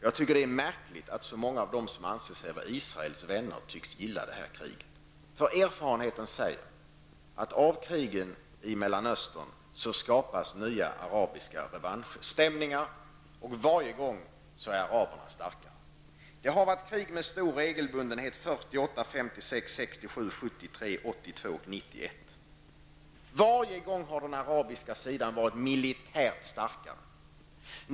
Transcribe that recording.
Jag tycker att det är märkligt att så många av dem som anser sig vara Israels vänner tycks gilla det här kriget, för erfarenheten säger att av krig i Mellanöstern skapas nya arabiska revanschstämningar, och varje gång är araberna starkare. Det har varit krig med stor regelbundenhet -- 1948, 1956, 1967, 1973, 1982 och 1991 -- och varje gång har den arabiska sidan varit militärt starkare.